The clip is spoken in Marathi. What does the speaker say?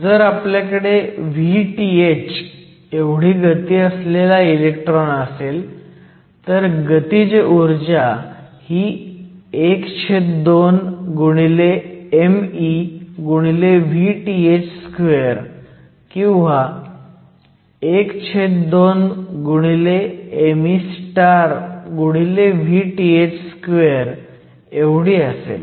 जर आपल्याकडे Vth एवढी गती असलेला इलेक्ट्रॉन असेल तर गतीज ऊर्जा ही 12meVth2 किंवा 12meVth2 एवढी असेल